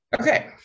Okay